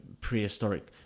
prehistoric